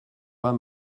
pas